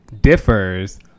differs